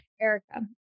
Erica